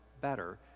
better